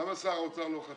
למה שר האוצר לא חתם?